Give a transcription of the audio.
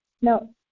no